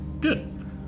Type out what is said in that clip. Good